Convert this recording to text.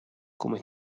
come